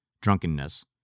drunkenness